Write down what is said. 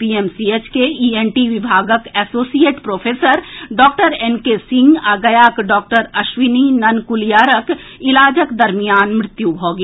PMCH के ENT विभागक associate professor doctor N K Singh आ गयाक डॉक्टर अश्विनी ननकुलियारक इलाजक दरमियान मृत्यु भऽ गेल